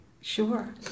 sure